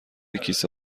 کیسه